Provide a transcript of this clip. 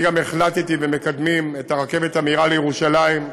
אני גם החלטתי, ומקדמים את הרכבת המהירה לירושלים,